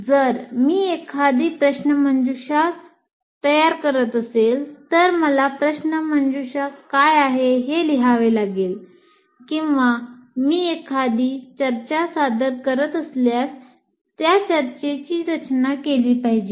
जर मी एखादी प्रश्नमंजुषा करत असेल तर मला प्रश्नमंजुषा काय आहे ते लिहावे लागेल किंवा मी एखादी चर्चा सादर करत असल्यास मी त्या चर्चेची रचना केली पाहिजे